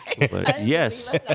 Yes